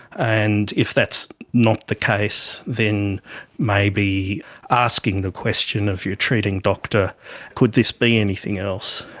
and if that's not the case, then maybe asking the question of your treating doctor could this be anything else?